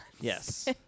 Yes